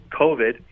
COVID